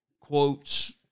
quotes